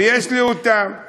ויש לי אותם.